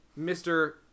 Mr